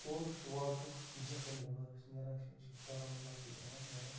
سورُے چھِ واٹرُک جَہلِم رِوَر یُس نیران چھِ یہِ چھِ بارہمولہ کِنۍ یِوان نیران